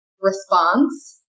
response